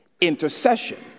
intercession